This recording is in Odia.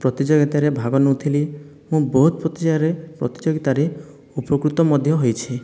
ପ୍ରତିଯୋଗିତାରେ ଭାଗ ନେଉଥିଲି ମୁଁ ବହୁତ ପ୍ରତିଜାଗାରେ ପ୍ରତିଯୋଗିତାରେ ଉପକୃତ ମଧ୍ୟ ହୋଇଛି